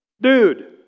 dude